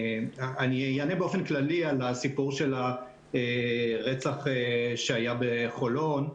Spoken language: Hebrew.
אני אענה באופן כללי על הסיפור של הרצח שהיה בחולון.